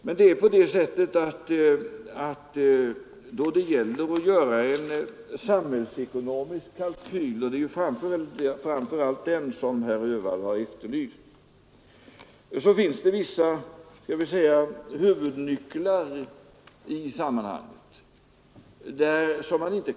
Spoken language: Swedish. Men då det gäller att göra en samhällsekonomisk kalkyl — och det är framför allt den som herr Öhvall har efterlyst — så finns det vissa ”huvudnycklar” i sammanhanget.